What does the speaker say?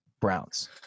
Browns